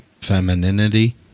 Femininity